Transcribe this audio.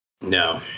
No